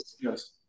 yes